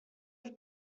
have